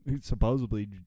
supposedly